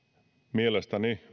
mielestäni